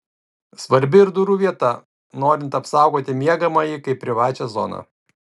svarbi ir durų vieta norint apsaugoti miegamąjį kaip privačią zoną